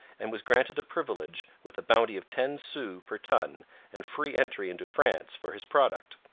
and was granted a privilege with a bounty of ten sous per ton and free entry into france for his product.